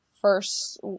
first